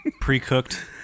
Pre-cooked